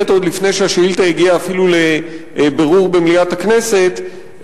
עוד לפני שהשאילתא הגיעה אפילו לבירור במליאת הכנסת,